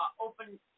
open